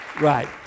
right